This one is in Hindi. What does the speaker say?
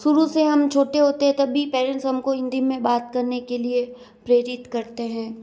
शुरू से हम छोटे होते हैं तभी पेरेंट्स हम को हिंदी में बात करने के लिए प्रेरित करते हैं